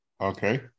okay